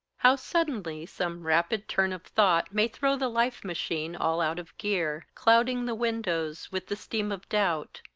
how suddenly some rapid turn of thought may throw the life-machine all out of gear, clouding the windows with the steam of doubt,